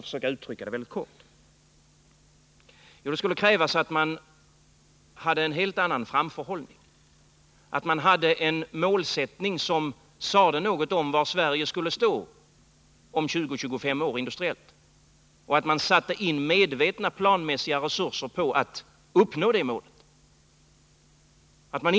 För att uttrycka det väldigt kort skulle det krävas att man hade en helt annan framförhållning, att man hade en målsättning som sade något om var Sverige skulle stå industriellt om 20 eller 25 år och att man satte in medvetna planmässiga resurser på att uppnå det målet.